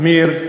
עמיר,